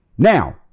now